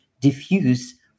diffuse